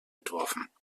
entworfen